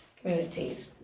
communities